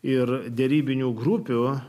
ir derybinių grupių